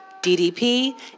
DDP